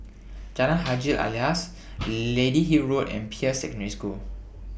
Jalan Haji Alias Lady Hill Road and Peirce Secondary School